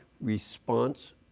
response